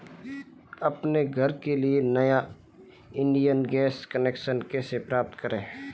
अपने घर के लिए नया इंडियन गैस कनेक्शन कैसे प्राप्त करें?